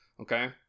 Okay